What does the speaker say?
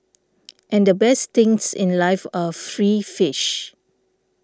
and the best things in life are free fish